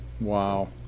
Wow